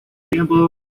tiempo